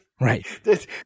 Right